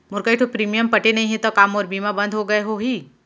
मोर कई ठो प्रीमियम पटे नई हे ता का मोर बीमा बंद हो गए होही?